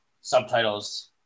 subtitles